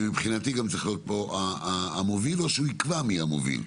ומבחינתי הוא צריך להיות או המוביל או לקבוע מי המוביל.